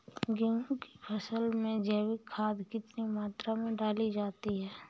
गेहूँ की फसल में जैविक खाद कितनी मात्रा में डाली जाती है?